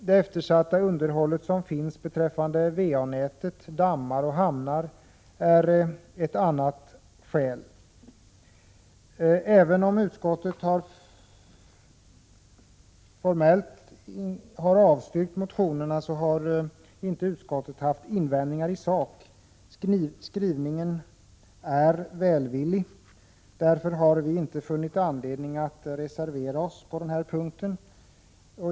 Det eftersatta underhållet på VA-nätets dammar och hamnar är ett annat skäl till ökade forskningsinsatser. Även om utskottet formellt har avstyrkt motionerna har utskottet inte haft invändningar i sak. Skrivningen är välvillig, och därför har vi i centerpartiet inte funnit anledning att reservera oss på den här punkten.